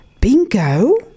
Bingo